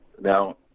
now